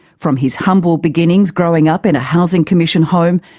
from his humble beginnings growing up in a housing commission home,